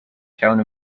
town